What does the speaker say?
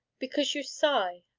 because you sigh,